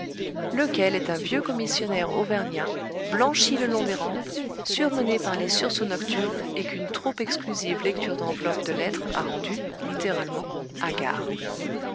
lequel est un vieux commissionnaire auvergnat blanchi le long des rampes surmené par les sursauts nocturnes et qu'une trop exclusive lecture d'enveloppes de lettres a rendu littéralement hagard